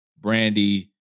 Brandy